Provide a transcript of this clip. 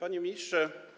Panie Ministrze!